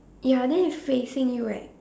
ya then it's facing you right